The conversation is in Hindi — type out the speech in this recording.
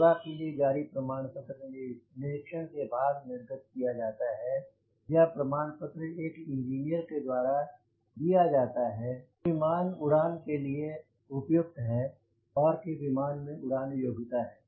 सेवा के लिए जारी प्रमाण पत्र निरीक्षण के बाद निर्गत किया जाता है यह प्रमाण पत्र एक इंजीनियर के द्वारा जिया जाता है या खाते हुए विमान उड़ान के लिए उपयुक्त है और कि विमान में उड़ान योग्यता है